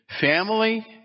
family